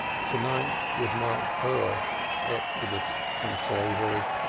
to-night would mark her exodus from slavery.